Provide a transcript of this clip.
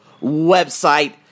website